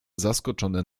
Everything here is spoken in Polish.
zaskoczone